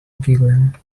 giggling